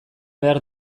behar